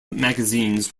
magazines